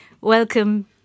Welcome